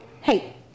hey